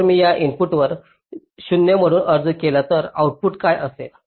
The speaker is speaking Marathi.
जर मी या इनपुटवर 0 म्हणून अर्ज केले तर आउटपुट काय असेल